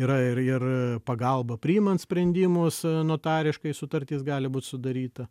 yra ir pagalba priimant sprendimus notariškai sutartis gali būt sudaryta